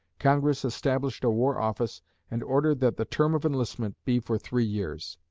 congress established a war office and ordered that the term of enlistment be for three years.